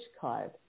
card